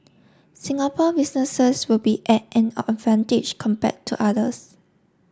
Singapore businesses will be at an advantage compared to others